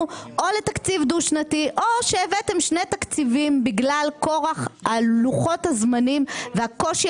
או לתקציב דו שנתי או שהבאתם שני תקציבים בגלל כורח לוחות הזמנים והקושי